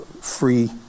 Free